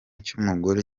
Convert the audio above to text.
cy’umugore